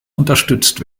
unterstützt